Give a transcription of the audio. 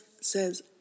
says